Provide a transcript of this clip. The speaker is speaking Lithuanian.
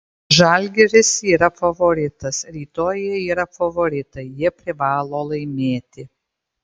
žalgiris yra favoritas rytoj jie yra favoritai jie privalo laimėti